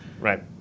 right